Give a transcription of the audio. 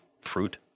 Fruit